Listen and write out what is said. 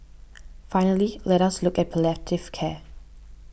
finally let us look at palliative care